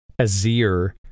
Azir